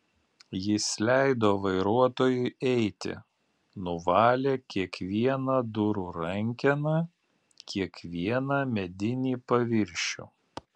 jis leido vairuotojui eiti nuvalė kiekvieną durų rankeną kiekvieną medinį paviršių